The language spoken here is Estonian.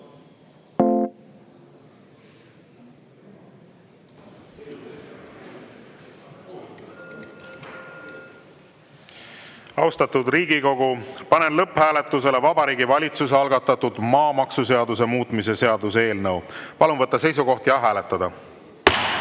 Austatud Riigikogu, panen lõpphääletusele Vabariigi Valitsuse algatatud maamaksuseaduse muutmise seaduse eelnõu. Palun võtta seisukoht ja hääletada!